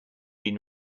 been